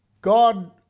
God